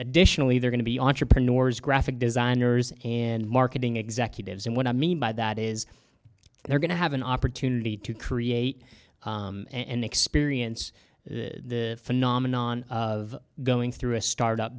additionally they're going to be entrepreneurs graphic designers and marketing executives and what i mean by that is they're going to have an opportunity to create and experience the phenomenon of going through a start up